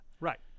Right